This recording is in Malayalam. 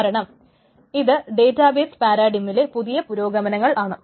കാരണം ഇത് ഡേറ്റബെയ്സ് പാരാടിഗിമ്മിലെ പുതിയ പുരോഗമനങ്ങൾ ആണ്